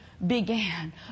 Began